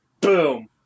boom